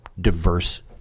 diverse